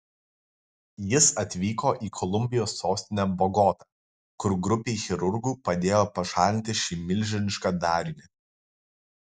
jis atvyko į kolumbijos sostinę bogotą kur grupei chirurgų padėjo pašalinti šį milžinišką darinį